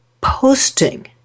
posting